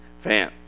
fan